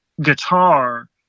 guitar